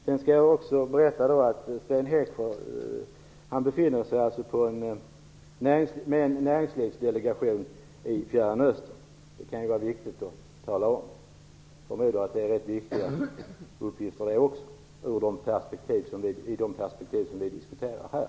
Sedan vill jag också berätta att Sten Heckscher befinner sig tillsammans med en näringsdelegation i Fjärran östern. Det kan vara viktigt att tala om. Jag förmodar att det också är rätt viktiga uppgifter ur de perspektiv som vi här diskuterar.